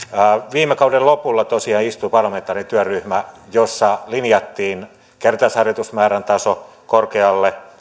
viime kauden lopulla tosiaan istui parlamentaarinen työryhmä jossa linjattiin kertausharjoitusmäärän taso korkealle